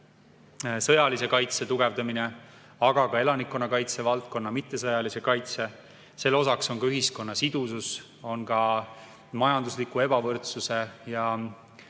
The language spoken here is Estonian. sõjalise kaitse tugevdamine, aga ka elanikkonnakaitse, mittesõjalise kaitse valdkonnas. Selle osaks on ka ühiskonna sidusus, on ka majandusliku ebavõrdsuse ja